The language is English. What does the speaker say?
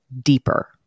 deeper